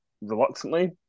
reluctantly